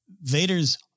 Vader's